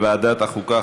לוועדת החוקה,